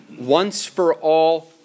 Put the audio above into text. once-for-all